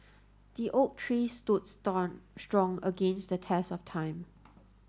the oak tree stood strong against the test of time